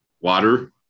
water